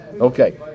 Okay